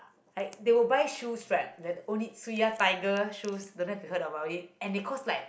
like they will buy shoes strap that only two ya tiger shoe don't know you heard about it and they cost like